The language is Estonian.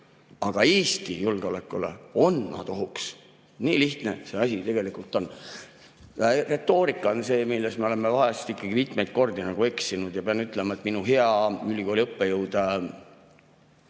Aga Eesti julgeolekule on nad ohuks. Nii lihtne see asi tegelikult on. Retoorika on see, milles me oleme ikkagi mitmeid kordi eksinud. Ja pean ütlema, et minu hea ülikooliõppejõud